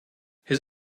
his